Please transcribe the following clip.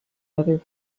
other